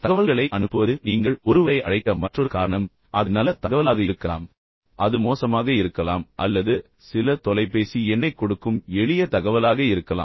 தகவல்களை அனுப்புவது நீங்கள் ஒருவரை அழைக்க மற்றொரு காரணம் அது நல்ல தகவலாக இருக்கலாம் அது மோசமாக இருக்கலாம் அல்லது சில தொலைபேசி எண்ணைக் கொடுக்கும் எளிய தகவலாக இருக்கலாம்